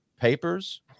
papers